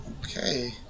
Okay